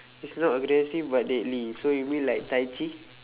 it's not aggressive but deadly so you mean like tai chi